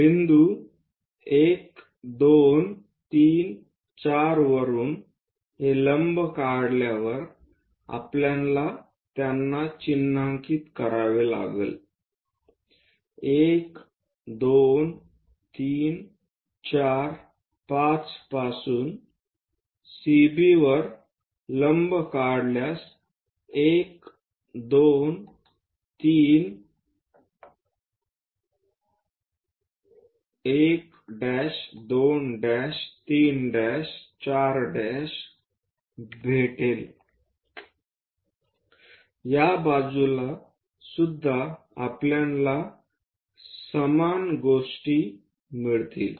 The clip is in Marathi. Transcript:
बिंदू 1 2 3 4 वरून हे लंब काढल्यावर आपल्याला त्यांना चिन्हांकित करावे लागेल 1 2 3 4 5 पासून CB वर लंब काढल्यास 1' 2' 3' 4'भेटेल या बाजूलासुद्धा आपल्याला समान गोष्टी मिळतील